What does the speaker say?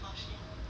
true